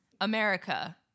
America